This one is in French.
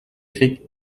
criques